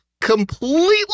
completely